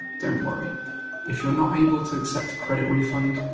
don't worry if you're not able to accept a credit refund,